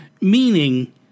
meaning